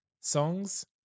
songs